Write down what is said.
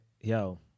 yo